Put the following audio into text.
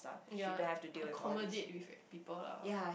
you're like accommodate with people lah